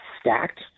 stacked